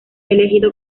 elegido